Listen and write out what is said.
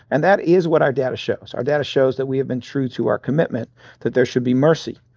and that is what our data shows. our data shows that we have been true to our commitment that there should be mercy,